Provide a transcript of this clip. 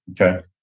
Okay